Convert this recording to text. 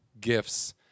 gifts